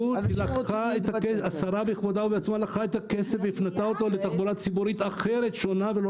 בכבודה ובעצמה לפני חודשיים בעכו והצהירה אל מול